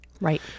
Right